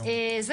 יש